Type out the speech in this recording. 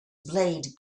blade